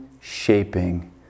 shaping